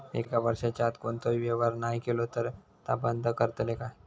एक वर्षाच्या आत कोणतोही व्यवहार नाय केलो तर ता बंद करतले काय?